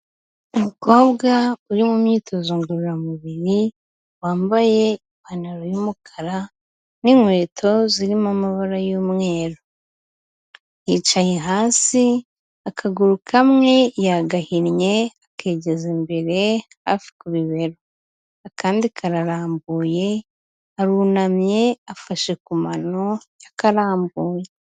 Umukobwa uri mu myitozo ngororamubiri wambaye ipantaro y'umukara n'inkweto zirimo amabara y'umweru ,yicaye hasi akaguru kamwe yagahinnye akigeza imbere hafi ku bibero, akandi kararambuye arunamye afashe ku mano y'akarambuye.